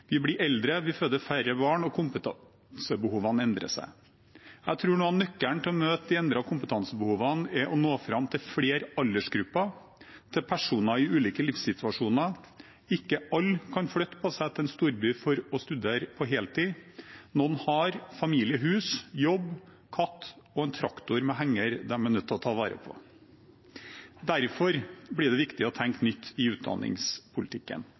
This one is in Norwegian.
Vi blir eldre, vi føder færre barn, og kompetansebehovene endrer seg. Jeg tror noe av nøkkelen til å møte de endrede kompetansebehovene er å nå fram til flere aldersgrupper, til personer i ulike livssituasjoner. Ikke alle kan flytte til en storby for å studere på heltid. Noen har familie, hus, jobb, katt og en «traktor med henger» de er nødt til å ta vare på. Derfor blir det viktig å tenke nytt i utdanningspolitikken.